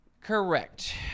Correct